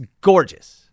gorgeous